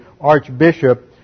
archbishop